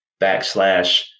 backslash